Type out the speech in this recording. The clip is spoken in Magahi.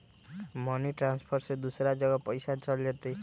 मनी ट्रांसफर से दूसरा जगह पईसा चलतई?